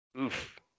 Oof